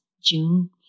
June